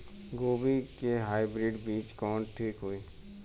गोभी के हाईब्रिड बीज कवन ठीक होई?